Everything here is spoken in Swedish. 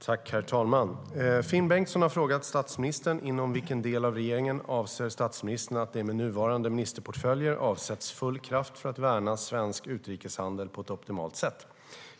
Herr talman! Finn Bengtsson har frågat statsministern inom vilken del av regeringen statsministern avser att det med nuvarande ministerportföljer avsätts full kraft för att värna svensk utrikeshandel på ett optimalt sätt.